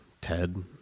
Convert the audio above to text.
Ted